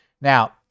Now